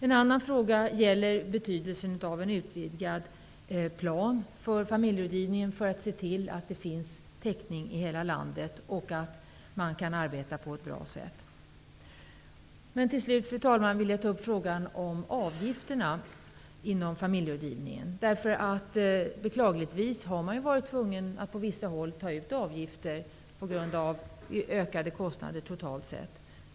Jag vill också nämna betydelsen av en utvidgad plan för familjerådgivningen för att se till att det finns täckning i hela landet och att man kan arbeta på ett bra sätt. Till slut, fru talman, vill jag ta upp frågan om avgifterna inom familjerådgivningen. Beklagligtvis har man ju varit tvungen att på vissa håll ta ut avgifter på grund av ökade kostnader totalt sett.